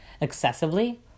excessively